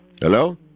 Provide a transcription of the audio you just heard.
Hello